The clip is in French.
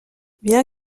bien